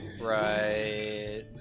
Right